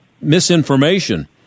misinformation